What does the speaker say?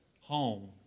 home